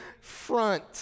front